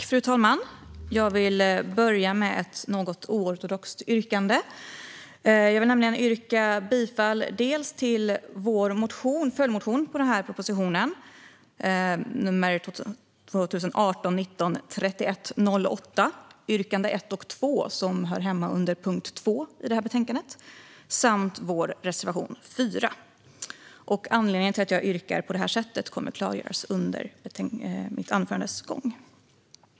Fru talman! Jag vill börja med ett något oortodoxt yrkande. Jag vill nämligen yrka bifall till dels vår följdmotion till denna proposition, 2018/19:3108 yrkande 1 och 2 under punkt 2 i betänkandet, dels vår reservation nr 4. Anledningen till att jag yrkar på detta sätt kommer att klargöras under mitt anförande.